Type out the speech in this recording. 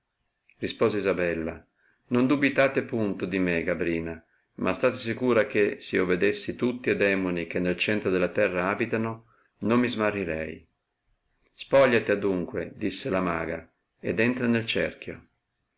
rispose isabella non dubitate punto di me gabrina ma state sicura che s io vedesse tutti e demoni che nel centro della terra abitano non mi smarrirei spogliati adunque disse la maga ed entra nel cerchio